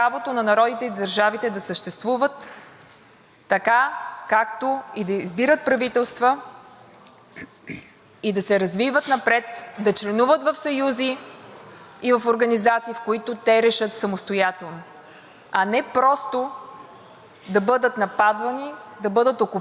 и да се развиват напред, да членуват в съюзи и в организации, в които те решат самостоятелно, а не просто да бъдат нападани, да бъдат окупирани само защото на техния по-голям съсед не му харесва пътя, по който народът на тази държава